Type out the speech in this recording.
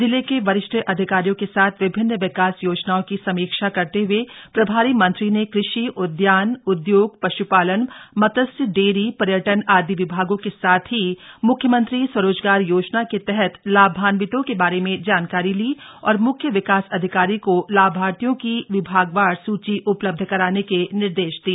जिले के वरिष्ठ अधिकारियों के साथ विभिन्न विकास योजनाओं की समीक्षा करते हए प्रभारी मंत्री ने कृषि उदयान उद्योग पश्पालन मत्स्य डेरी पर्यटन आदि विभागों के साथ ही म्ख्यमंत्री स्वरोजगार योजना के तहत लाभान्वितों के बारे में जानकारी ली और म्ख्य विकास अधिकारी को लाभार्थियों की विभागवार सूची उपलब्ध कराने के निर्देश दिए